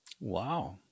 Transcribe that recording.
Wow